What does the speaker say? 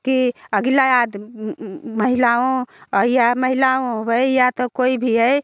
कि अगला महिलाओं या महिलाओं भी या तो कोई भी है